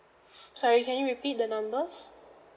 sorry can you repeat the number